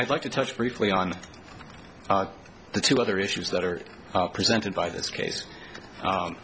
i'd like to touch briefly on the two other issues that are presented by this case